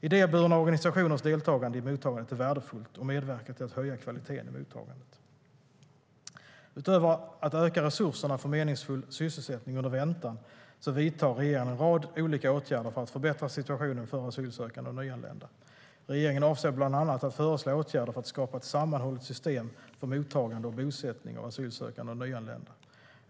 Idéburna organisationers deltagande i mottagandet är värdefullt och medverkar till att höja kvaliteten i mottagandet. Utöver att öka resurserna för en meningsfull sysselsättning under väntan vidtar regeringen en rad olika åtgärder för att förbättra situationen för asylsökande och nyanlända. Regeringen avser bland annat att föreslå åtgärder för att skapa ett sammanhållet system för mottagande och bosättning av asylsökande och nyanlända.